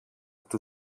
του